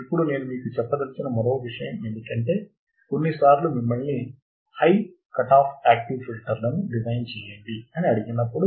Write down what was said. ఇప్పుడు నేను మీకు చెప్పదలచిన మరో విషయం ఏమిటంటే కొన్నిసార్లు మిమ్మల్ని హై కటాఫ్ యాక్టివ్ ఫిల్టర్లను డిజైన్ చేయండి అని అడిగినప్పుడు